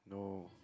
no